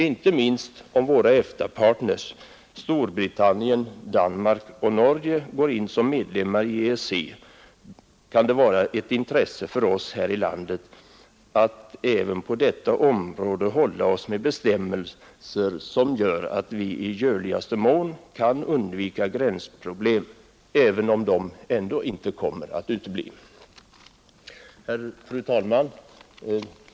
Inte minst om våra EFTA-partners Storbritannien, Danmark och Norge går in som medlemmar i EEC kan det vara ett intresse för oss här i landet att även på detta område hålla oss med bestämmelser som gör att vi i möjligaste mån kan undvika gränsproblem, även om sådana ändå inte kommer att utebli. Fru talman!